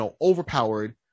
overpowered